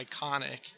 iconic